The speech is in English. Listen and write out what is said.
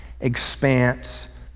expanse